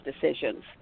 decisions